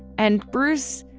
and bruce